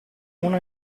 una